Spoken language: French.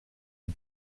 des